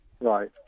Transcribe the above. Right